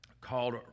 called